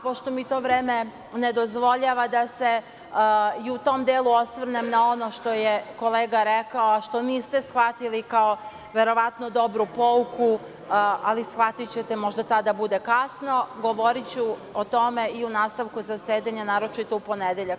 Pošto mi vreme ne dozvoljava da se i u tom delu osvrnem na ono što je kolega rekao, a što niste shvatili kao verovatno dobru pouku, ali shvatićete, možda tada bude kasno, govoriću o tome i u nastavku zasedanja, naročito u ponedeljak.